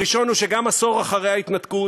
הראשון הוא שגם כמעט עשור אחרי ההתנתקות,